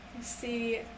See